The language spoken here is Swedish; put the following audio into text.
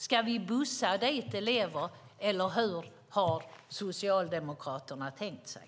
Ska vi bussa dit elever, eller hur har Socialdemokraterna tänkt sig?